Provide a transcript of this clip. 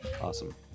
Awesome